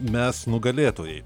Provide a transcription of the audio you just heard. mes nugalėtojai